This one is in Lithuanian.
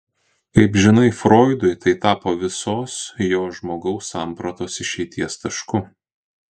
kaip žinai froidui tai tapo visos jo žmogaus sampratos išeities tašku